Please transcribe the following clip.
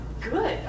good